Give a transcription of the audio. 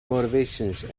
motivations